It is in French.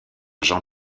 jean